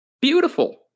Beautiful